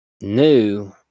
new